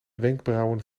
wenkbrauwen